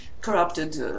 corrupted